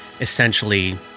essentially